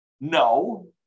No